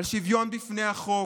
על שוויון בפני החוק,